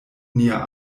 nia